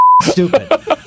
stupid